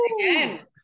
Again